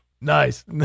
Nice